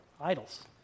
idols